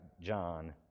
John